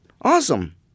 Awesome